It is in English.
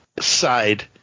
side